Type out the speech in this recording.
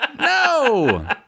No